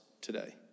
today